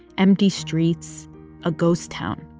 empty streets a ghost town.